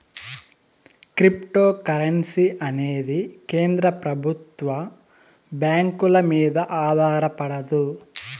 cryptocurrency అనేది ప్రభుత్వం కేంద్ర బ్యాంకుల మీద ఆధారపడదు